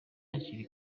hakiri